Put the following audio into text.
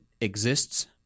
exists